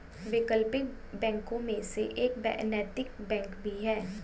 वैकल्पिक बैंकों में से एक नैतिक बैंक भी है